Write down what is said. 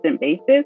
basis